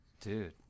Dude